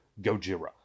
Gojira